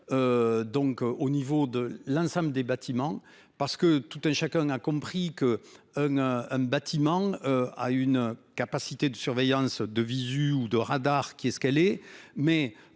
Donc au niveau de l'ensemble des bâtiments parce que tout un chacun a compris que, un, un, un bâtiment a une capacité de surveillance de visu ou de radars qui est ce qu'elle est mais